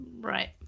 Right